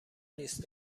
نیست